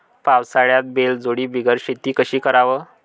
पावसाळ्यात बैलजोडी बिगर शेती कशी कराव?